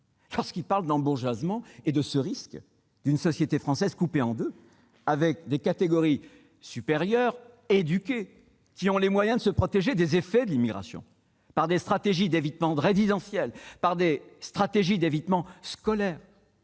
lorsqu'il parle d'embourgeoisement et évoque le risque d'une société française coupée en deux, avec des catégories supérieures éduquées qui ont les moyens de se mettre à l'abri des effets de l'immigration par des stratégies d'évitement résidentiel et scolaire